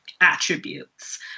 attributes